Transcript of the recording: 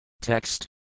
Text